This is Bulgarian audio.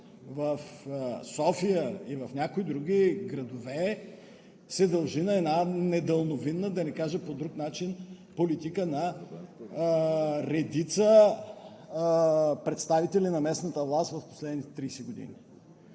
в София и в някои други градове се дължи на една недалновидна, да не кажа по друг начин, политика на редица представители на местна власт в последните 30 години.